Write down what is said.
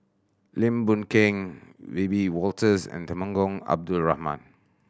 Lim Boon Keng Wiebe Wolters and Temenggong Abdul Rahman